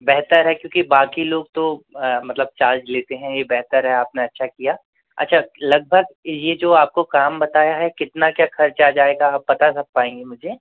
बेहतर है क्योंकि बाक़ी लोग तो मतलब चार्ज लेते हैं यह बेहतर है आपने अच्छा किया अच्छा लगभग यह जो आपको काम बताया है कितना क्या ख़र्चा आ जाएगा आप बता सक पाएंगे मुझे